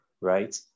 right